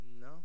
No